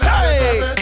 Hey